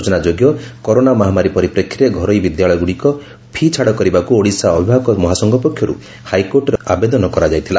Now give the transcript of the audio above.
ସୂଚନାଯୋଗ୍ୟ କରୋନା ମହାମାରୀ ପରିପ୍ରେଷୀରେ ଘରୋଇ ବିଦ୍ୟାଳୟଗୁଡ଼ିକ ଫି' ଛାଡ଼ କରିବାକୁ ଓଡ଼ିଶା ଅଭିଭାବକ ମହାସଂଘ ପକ୍ଷରୁ ହାଇକୋର୍ଟରେ ଆବେଦନ କରାଯାଇଥିଲା